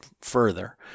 further